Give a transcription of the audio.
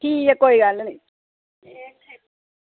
ठीक ऐ कोई गल्ल निं